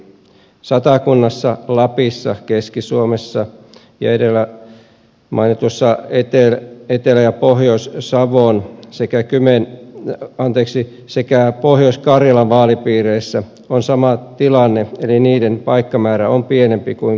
satakunnassa lapissa keski suomessa ja edellä mainituissa etelä ja pohjois savon sekä pohjois karjalan vaalipiireissä on sama tilanne eli niiden paikkamäärä on pienempi kuin kymen vaalipiirissä